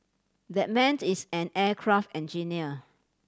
that man is an aircraft engineer